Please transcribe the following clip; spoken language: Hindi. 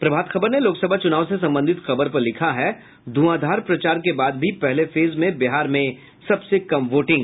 प्रभात खबर ने लोकसभा चुनाव से संबंधित खबर पर लिखा है ध्रआंधार प्रचार के बाद भी पहले फेज में बिहार में सबसे कम वोटिंग